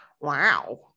wow